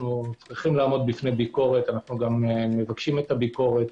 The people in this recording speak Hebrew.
אנחנו שמחים לעמוד בפני ביקורת וגם מבקשים את הביקורת,